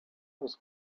was